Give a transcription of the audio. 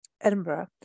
edinburgh